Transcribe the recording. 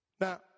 Now